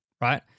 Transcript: right